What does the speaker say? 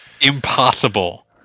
impossible